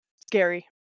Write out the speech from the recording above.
scary